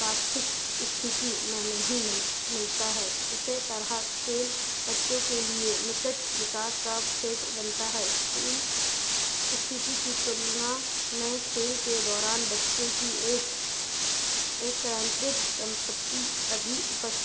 वास्तिक स्थिति में नहीं मिल मिलता है इसी तरह खेल बच्चों के लिए निकट विकास का क्षेत्र बनता है स्कूल स्थिति की तुलना हमें खेल के दौरान बच्चे की एक एक्रन्तित सम्पत्ति अभी उपस